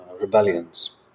rebellions